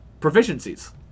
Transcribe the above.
proficiencies